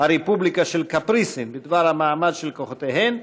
הרפובליקה של קפריסין בדבר המעמד של כוחותיהן,